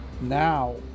now